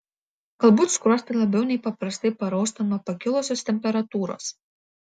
galbūt skruostai labiau nei paprastai parausta nuo pakilusios temperatūros